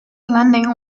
landing